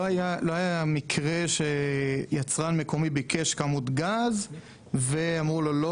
לא היה מקרה שבו יצרן מקומי ביקש כמות גז ואמרו לו לא,